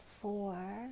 four